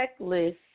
checklist